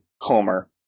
Homer